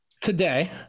today